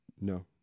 No